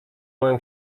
moją